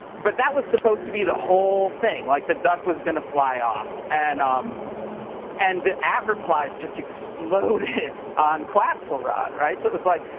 but that was supposed to be the whole thing. like, the duck was gonna fly off. and um and the at replies just exploded on quackslerod. so it was like,